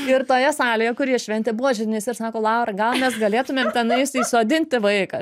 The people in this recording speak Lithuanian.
ir toje salėje kur jie šventė buvo židinys ir sako laura gal mes galėtumėm tenais įsodinti vaiką